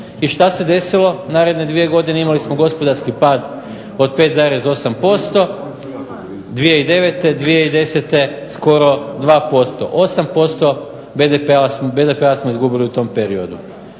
I šta se desilo naredne dvije godine? Imali smo gospodarski pad od 5,8%. 2010 skoro 2%. 8% BDP-a smo izgubili u tom periodu,